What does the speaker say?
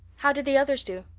how did the others do?